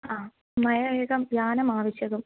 आ मया एकं यानम् आवश्यकम्